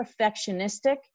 perfectionistic